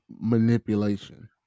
manipulation